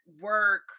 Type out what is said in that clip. work